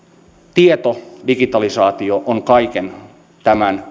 tiedon digitalisaatio on kaiken tämän